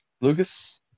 Lucas